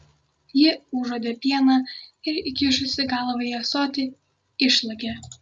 ji užuodė pieną ir įkišusi galvą į ąsotį išlakė